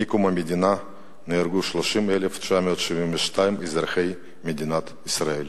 מאז קום המדינה נהרגו 30,972 מאזרחי מדינת ישראל.